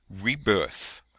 Rebirth